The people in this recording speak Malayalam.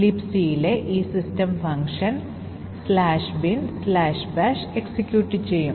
Libcയിലെ ഈ സിസ്റ്റം ഫംഗ്ഷൻ "binbash" എക്സിക്യൂട്ട് ചെയ്യും